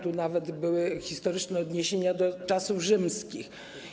Tu nawet były historyczne odniesienia do czasów rzymskich.